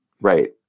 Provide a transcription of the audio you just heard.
Right